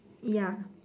ya